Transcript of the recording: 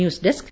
news desk